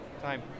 time